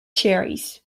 cherries